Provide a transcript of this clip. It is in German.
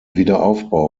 wiederaufbau